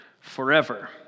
forever